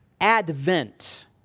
advent